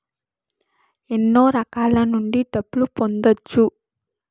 ఎన్నో రకాల నుండి డబ్బులు పొందొచ్చు